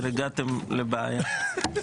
הגעתם לבעיה.